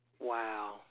Wow